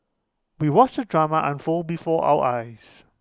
we watched the drama unfold before our eyes